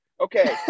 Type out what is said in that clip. Okay